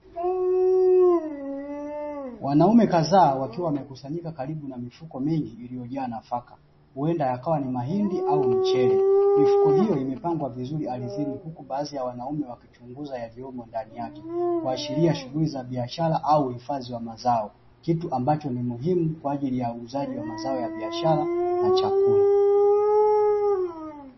Wanaume kadhaa wakiwa wamekusanyika karibu na mifuko mingi iliyojaa nafaka huenda yakawa ni mahindi au mchele. Mifuko hiyo imepangwa vizuri ardhini huku baadhi ya wanaume wakichunguza yaliyomo ndani yake kuashiria shughuli za biashara au uhifadhi wa mazao kitu ambacho ni muhimu kwa ajili ya uuzaji wa mazao ya biashara na chakula.